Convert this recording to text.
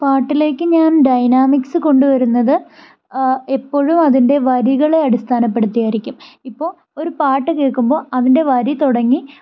പാട്ടിലേക്ക് ഞാൻ ഡൈനാമിക്സ് കൊണ്ടുവരുന്നത് എപ്പോഴും അതിൻ്റെ വരികളെ അടിസ്ഥാനപ്പെടുത്തിയായിരിക്കും ഇപ്പോൾ ഒരു പാട്ട് കേൾക്കുമ്പോൾ അതിൻ്റെ വരി തുടങ്ങി